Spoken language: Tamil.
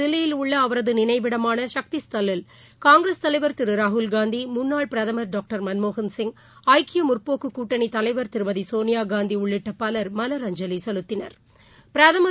தில்லியில் உள்ளஅவரதுநினைவிடமானசக்தி ஸ்தல்லில் காங்கிரஸ் தலைநகர் தலைவர் திருராகுல்காந்தி முன்னாள் பிரதமா் டாக்டர் மன்மோகன்சிங் ஐக்கியமுற்போக்குக் கூட்டணிதலைவா் திருமதிசோனியாகாந்திஉள்ளிட்டபலர் மலரஞ்சலிசெலுத்தினர்